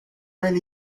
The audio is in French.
mal